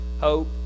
hope